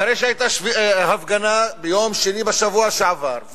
אחרי שהיתה הפגנה ביום שני בשבוע שעבר,